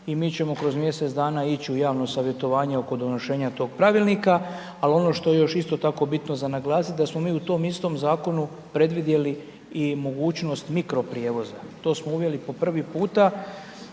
i mi ćemo kroz mjesec dana ići u javno savjetovanje oko donošenja tog pravilnika. Ali ono što je još isto tako bitno za naglasiti, da smo mi u tom istom zakonu predvidjeli i mogućnost mirkroprijevoza. To smo uveli po prvi puta,